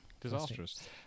disastrous